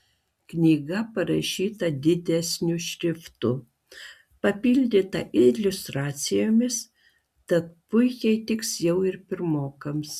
knyga parašyta didesniu šriftu papildyta iliustracijomis tad puikiai tiks jau ir pirmokams